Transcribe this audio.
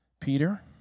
Peter